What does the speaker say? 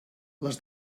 les